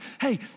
hey